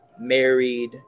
married